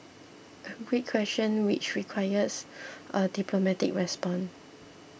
a great question which requires a diplomatic response